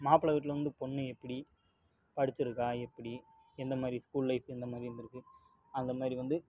மாப்பிளை வீட்டில் வந்து பொண்ணு எப்படி படிச்சுருக்கா எப்படி எந்த மாதிரி ஸ்கூல் லைஃப் எந்த மாதிரி இருந்திருக்கு அந்த மாதிரி வந்து